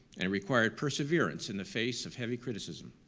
and it required perseverance in the face of heavy criticism.